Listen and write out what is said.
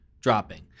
dropping